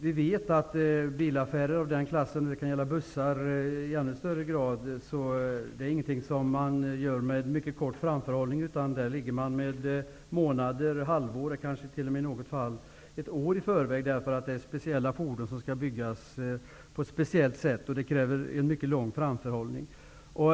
Vi vet att bilaffärer av den klassen -- det kan t.ex. gälla bussar -- är inte någonting som man gör med mycket kort framförhållning. Man måste ligga månader, halvår och kanske i något fall t.o.m. ett år i förväg. Det är speciella fordon som skall byggas på ett speciellt sätt, vilket kräver en mycket lång framförhållning.